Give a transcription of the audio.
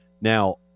Now